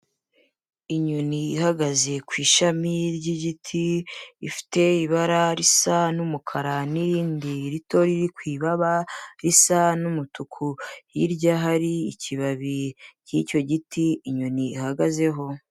Inyoni ihagaze ku ishami ry'igiti, ifite ibara risa n'umukara n'irindi rito riri ku ibaba risa n'umutuku. Hirya hari ikibabi cy'icyo giti inyoni ihagazeho.